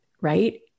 right